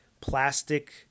plastic